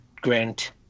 Grant